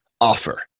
offer